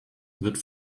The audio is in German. wird